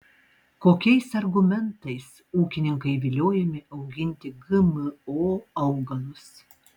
kokiais argumentais ūkininkai viliojami auginti gmo augalus